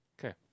Okay